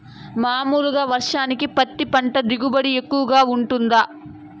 మామూలుగా వర్షానికి పత్తి పంట దిగుబడి ఎక్కువగా గా వుంటుందా?